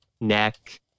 neck